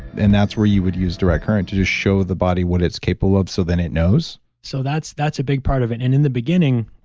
and that's where you would use direct current to just show the body what it's capable of so then it knows so that's that's a big part of it. and in the beginning,